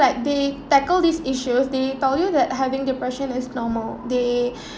like they tackle these issues they tell you that having depression is normal they